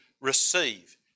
receive